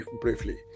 briefly